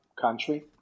country